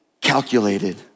calculated